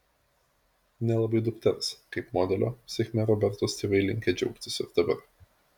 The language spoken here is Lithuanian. nelabai dukters kaip modelio sėkme robertos tėvai linkę džiaugtis ir dabar